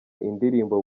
indirimbo